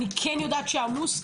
אני כן יודעת שעמוס.